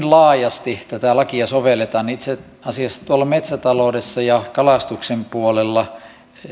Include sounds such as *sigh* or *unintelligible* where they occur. *unintelligible* laajasti tätä lakia sovelletaan itse asiassa tuolla metsätaloudessa ja kalastuksen puolella